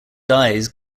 dies